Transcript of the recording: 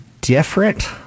Different